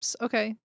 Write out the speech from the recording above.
Okay